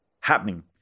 happening